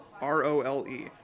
r-o-l-e